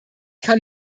kann